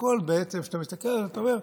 בעצם כשאתה מסתכל על זה, אתה אומר: